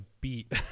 beat